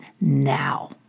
now